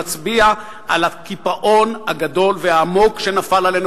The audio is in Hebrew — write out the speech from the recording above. שמצביע על הקיפאון הגדול והעמוק שנפל עלינו.